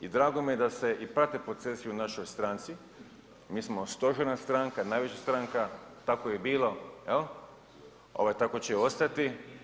I drago mi je da se i prate procesi u našoj stranci, mi smo stožerna stranka, najveća stranka tako je bilo jel, ovaj tako će i ostati.